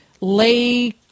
lay